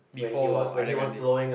before Ariana Grande